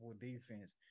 defense